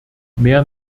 mehr